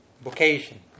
vocation